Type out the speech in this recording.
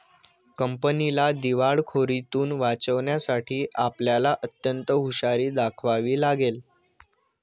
कंपनीला दिवाळखोरीतुन वाचवण्यासाठी आपल्याला अत्यंत हुशारी दाखवावी लागेल